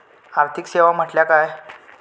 आर्थिक सेवा म्हटल्या काय?